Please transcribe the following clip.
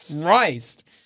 Christ